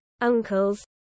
uncles